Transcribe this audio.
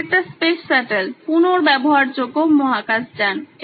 এটি একটি space shuttle পুনর্ব্যবহারযোগ্য মহাকাশযান